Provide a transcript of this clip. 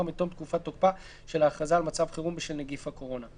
מתום תקופת תוקפה של ההכרזה על מצב חירום בשל נגיף הקורונה,